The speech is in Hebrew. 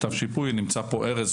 לגבי כתב שיפוי נמצא פה ארז,